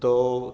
तो